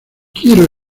quiero